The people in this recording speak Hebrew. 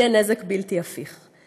יהיה נזק בלתי הפיך.